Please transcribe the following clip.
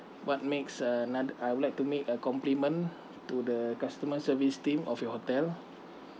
what makes uh anot~ I would like to make a compliment to the customer service team of your hotel